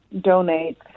donate